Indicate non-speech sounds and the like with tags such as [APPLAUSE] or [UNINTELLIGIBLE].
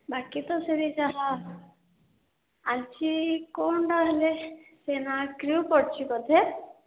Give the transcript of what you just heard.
ବାକି ତ ସେଇଠି ଯାହା ଆଜି କ'ଣଟା ହେଲେ ସେହି [UNINTELLIGIBLE] ପଡ଼ିଛି ବୋଧେ